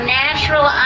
natural